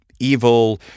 evil